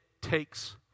takes